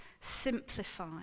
simplify